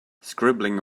scribbling